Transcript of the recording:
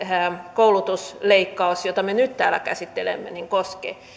koulutusleikkaus jota me nyt täällä käsittelemme koskee